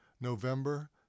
November